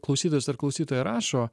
klausytojas ar klausytoja rašo